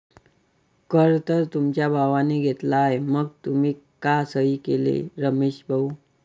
कर तर तुमच्या भावाने घेतला आहे मग तुम्ही का सही केली रमेश भाऊ?